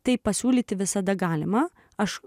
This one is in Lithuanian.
tai pasiūlyti visada galima aš